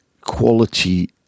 quality